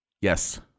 Yes